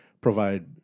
provide